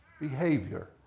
behavior